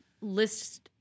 list